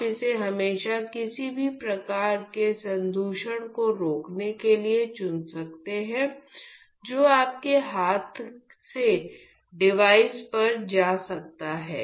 आप इसे हमेशा किसी भी प्रकार के संदूषण को रोकने के लिए चुन सकते हैं जो आपके हाथ से डिवाइस पर जा सकता है